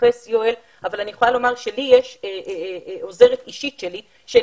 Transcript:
יואל התייחס לזה אבל אני יכולה לומר שלי יש עוזרת אישית שלי,